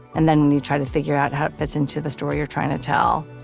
and then you try to figure out how it fits into the story you're trying to tell.